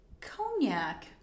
cognac